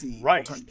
Right